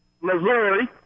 Missouri